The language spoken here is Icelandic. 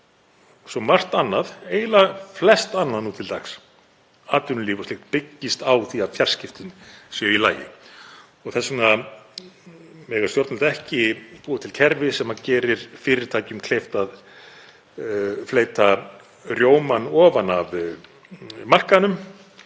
svo margt annað, eiginlega flest annað nú til dags, atvinnulíf og slíkt, byggist á því að fjarskiptin séu í lagi. Þess vegna mega stjórnvöld ekki búa til kerfi sem gerir fyrirtækjum kleift að fleyta rjómann ofan af markaðnum